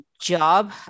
job